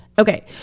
Okay